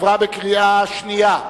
התקבלה בקריאה שנייה.